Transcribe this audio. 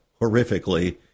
horrifically